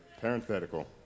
Parenthetical